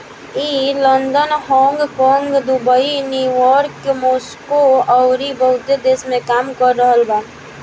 ई London, Hong Kong, Dubai, New York, Moscow अउरी बहुते देश में काम कर रहल बा